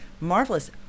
marvelous